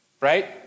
right